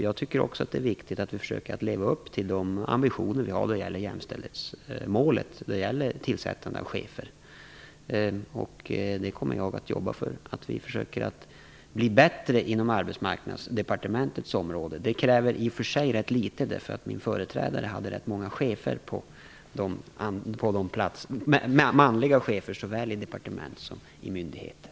Jag tycker också att det är viktigt att vi försöker leva upp till de ambitioner som vi har i fråga om jämställdhetsmålet när det gäller tillsättande av chefer. Jag kommer att jobba för att vi skall bli bättre inom Arbetsmarknadsdepartementets område. Det kräver i och för sig ganska litet. Min företrädare hade nämligen rätt många manliga chefer såväl på departementet som på myndigheterna.